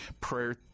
prayer